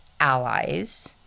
allies